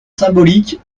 symbolique